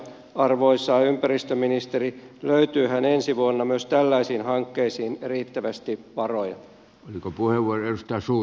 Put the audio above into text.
arvoisa ympäristöministeri löytyyhän ensi vuonna myös tällaisiin hankkeisiin riittävästi varoja